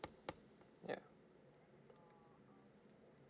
ya